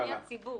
הציבור,